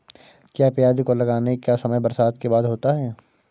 क्या प्याज को लगाने का समय बरसात के बाद होता है?